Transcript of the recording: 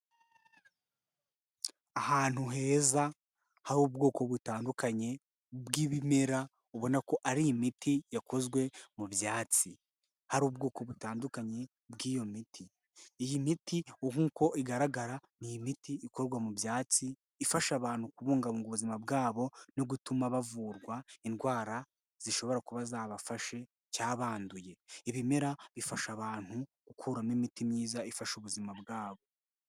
hAantu heza hari ubwoko butandukanye bw'ibimera ubona ko ari imiti yakozwe mu byatsi, hari ubwoko butandukanye bw'iyo miti. Iyi miti nk'uko igaragara ni imiti ikorwa mu byatsi, ifasha abantu kubungabunga ubuzima bwa bo no gutuma bavurwa indwara zishobora kuba zabafashe cyangwa banduye, ibimera bifasha abantu gukuramo imiti myiza ifasha ubuzima bwa bo.